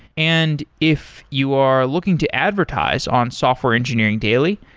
and if you are looking to advertise on software engineering daily,